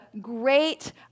great